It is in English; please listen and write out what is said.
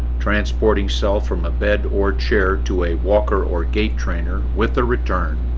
transporting self from a bed or chair to a walker or gait trainer with a return,